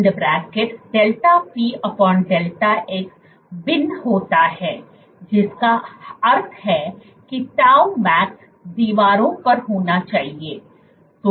यह r2δpδx भिन्न होता है जिसका अर्थ है कि τmax दीवारों पर होना चाहिए